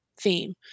theme